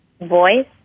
voice